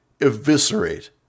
eviscerate